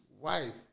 wife